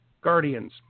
Guardians